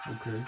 Okay